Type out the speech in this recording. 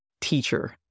teacher